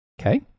Okay